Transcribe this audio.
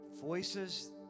Voices